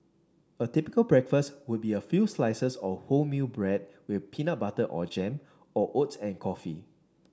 a typical breakfast would be a few slices of wholemeal bread with peanut butter or jam or oats and coffee